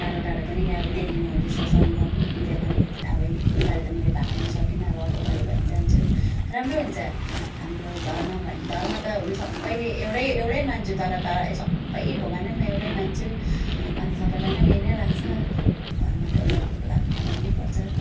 टाढो टाढो पनि अब दिल्लीमा हुँदैछ संगम त्यहाँ पनि अब योपाली त मैले भाग लिन सकिनँ अब अर्कोपाली भयो भने जान्छु राम्रै हुन्छ हाम्रो धर्म भन् धर्म त हुनु सबैले एउटै एउटै मान्छु तर तर सबै भगवानै म एउटै मान्छु अन्त सबैलाई नै उयो नै लाग्छ धर्म त एउटा हामीले गर्नै पर्छ